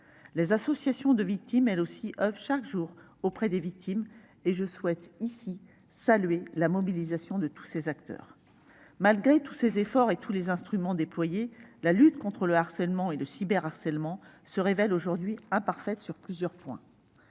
les associations de victimes, elles aussi, oeuvrent chaque jour auprès des victimes- je souhaite saluer ici la mobilisation de tous les acteurs. Malgré tous ces efforts et tous les instruments qui sont déployés, la lutte contre le harcèlement et le cyberharcèlement se révèle aujourd'hui imparfaite sur plusieurs points.